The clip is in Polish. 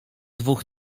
dwóch